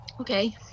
Okay